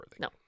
No